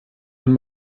von